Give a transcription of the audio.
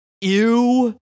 Ew